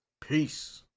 Peace